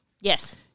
Yes